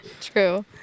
True